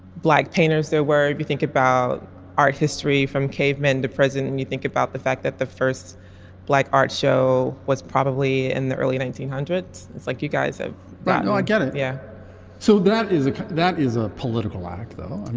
black painters there were if you think about art history from cavemen to president and you think about the fact that the first black art show was probably in the early nineteen hundreds. it's like you guys ah said no i get it. yeah so that is ah that is a political act though.